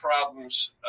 problems